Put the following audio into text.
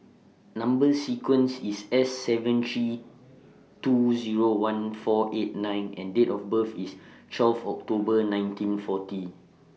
Number sequence IS S seven three two Zero one four eight nine and Date of birth IS twelve October nineteen forty